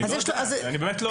אני באמת לא יודע.